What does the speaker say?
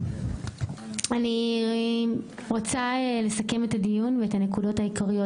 אני רוצה לסכם את הדיון ואת הנקודות העיקריות